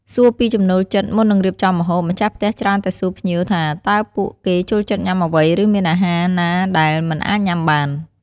សួរពីចំណូលចិត្តមុននឹងរៀបចំម្ហូប ម្ចាស់ផ្ទះច្រើនតែសួរភ្ញៀវថាតើពួកគេចូលចិត្តញ៉ាំអ្វី ឬមានអាហារណាដែលមិនអាចញ៉ាំបាន។